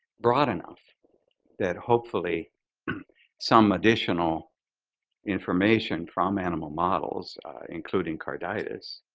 broad enough that hopefully some additional information from animal models including carditis